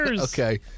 Okay